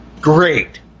Great